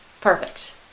perfect